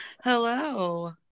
Hello